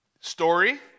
Story